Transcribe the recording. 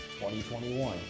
2021